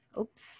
Oops